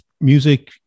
music